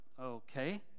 okay